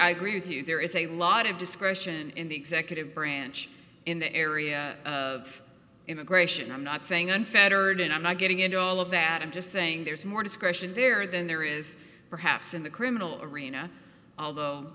i agree with you there is a lot of discretion in the executive branch in the area of immigration i'm not saying unfettered and i'm not getting into all of that i'm just saying there's more discretion there than there is perhaps in the criminal arena